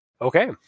okay